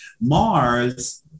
Mars